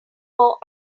more